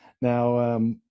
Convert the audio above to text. Now